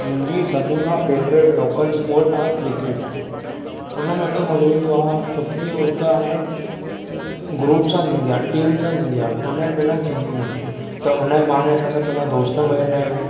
मुंहिंजी सभिनी खां फेवरेट लोकल स्पॉर्ट आहे क्रिकेट हुन में ऐॾो मज़ो ईंदो आहे छोकि उहो हिकु आहे ग्रुप सां थींदी आहे टीम सां थींदी आहे हुन जे बिना थींदी न त हुन जे बहाने असां पंहिंजा सभ दोस्त मिलंदा आहियूं